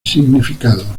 significado